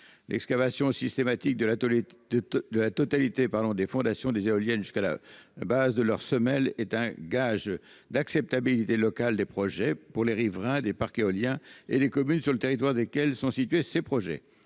l'excavation systématique de l'atelier de de la totalité, parlons des fondations des éoliennes jusqu'à la base de leurs semelles, est un gage d'acceptabilité locale des projets pour les riverains des parcs éoliens et les communes sur le territoire desquels sont situés ses projets